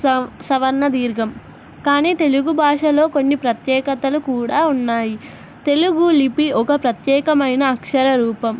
సవర్ణదీర్ఘం కానీ తెలుగు భాషలో కొన్ని ప్రత్యేకతలు కూడా ఉన్నాయి తెలుగులిపి ఒక ప్రత్యేకమైన అక్షర రూపం